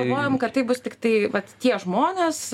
galvojom kad tai bus tiktai vat tie žmonės